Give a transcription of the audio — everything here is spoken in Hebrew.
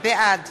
בעד